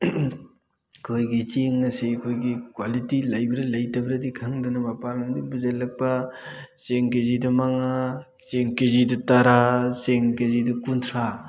ꯑꯩꯈꯣꯏꯒꯤ ꯆꯦꯡ ꯑꯁꯦ ꯑꯩꯈꯣꯏꯒꯤ ꯀ꯭ꯋꯥꯂꯤꯇꯤ ꯂꯩꯕ꯭ꯔꯥ ꯂꯩꯇꯕ꯭ꯔꯗꯤ ꯈꯪꯗꯅ ꯃꯄꯥꯟ ꯂꯣꯝꯗꯩ ꯄꯨꯁꯤꯜꯂꯛꯄ ꯆꯦꯡ ꯀꯦꯖꯤꯗ ꯃꯉꯥ ꯆꯦꯡ ꯀꯦꯖꯤꯗ ꯇꯔꯥ ꯆꯦꯡ ꯀꯦꯖꯤꯗ ꯀꯨꯟꯊ꯭ꯔꯥ